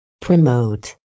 Promote